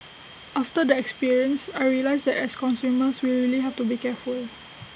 after the experience I realised that as consumers we really have to be careful